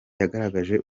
yagaragaje